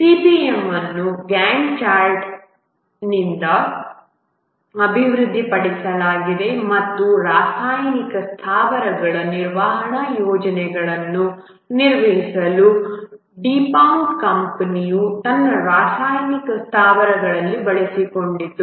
CPM ಅನ್ನು Gantt ಚಾರ್ಟ್ನಿಂದ ಅಭಿವೃದ್ಧಿಪಡಿಸಲಾಗಿದೆ ಮತ್ತು ರಾಸಾಯನಿಕ ಸ್ಥಾವರಗಳ ನಿರ್ವಹಣಾ ಯೋಜನೆಗಳನ್ನು ನಿರ್ವಹಿಸಲು ಡುಪಾಂಟ್ ಕಂಪನಿಯು ತನ್ನ ರಾಸಾಯನಿಕ ಸ್ಥಾವರಗಳಲ್ಲಿ ಬಳಸಿಕೊಂಡಿತು